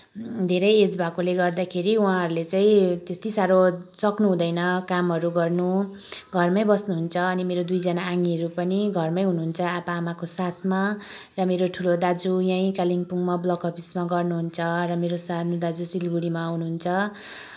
धेरै एज भएकोले गर्दाखेरि उहाँहरूले चाहिँ त्यति साह्रो सक्नुहुँदैन कामहरू गर्नु घरमै बस्नुहुन्छ अनि मेरो दुईजना आनीहरू पनि घरमै हुनुहुन्छ आप्पाआमाको साथमा र मेरो ठुलो दाजु यहीँ कालिम्पोङमा ब्लक अफिसमा गर्नुहुन्छ र मेरो सानो दाजु सिलगढीमा हुनुहुन्छ